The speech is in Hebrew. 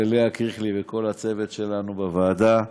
ללאה קריכלי וכל הצוות שלנו בוועדה,